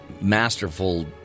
masterful